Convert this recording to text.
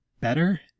better